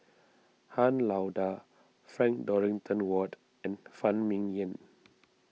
Han Lao Da Frank Dorrington Ward and Phan Ming Yen